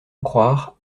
croire